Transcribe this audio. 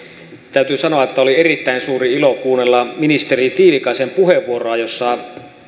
täytyy sanoa että oli erittäin suuri ilo kuunnella ministeri tiilikaisen puheenvuoroa jossa